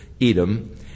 Edom